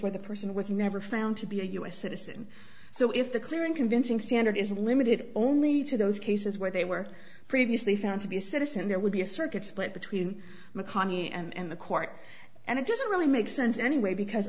where the person was never found to be a u s citizen so if the clear and convincing standard is limited only to those cases where they were previously found to be a citizen there would be a circuit split between mcconkey and the court and it doesn't really make sense anyway because